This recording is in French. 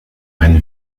reine